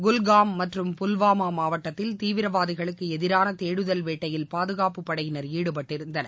குல்காம் மற்றும் புல்வாமா மாவட்டத்தில் தீவிரவாதிகளுக்கு எதிரான தேடுதல் வேட்டையில் பாதுகாப்புப்படையினர் ஈடுபட்டிருந்தனர்